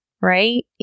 right